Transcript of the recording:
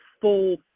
full